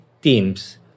teams